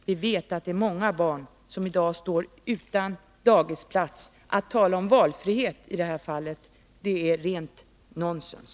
Vi vet att det är många barn som i dag står utan dagisplats. Att i detta fall tala om valfrihet är rent nonsens.